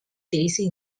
daisy